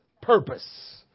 purpose